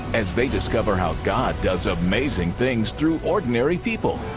as they discover how god does amazing things through ordinary people.